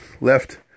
left